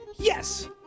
Yes